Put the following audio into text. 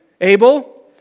Abel